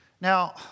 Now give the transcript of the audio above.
Now